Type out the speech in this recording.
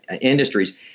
industries